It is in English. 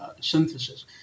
synthesis